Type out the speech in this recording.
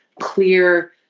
clear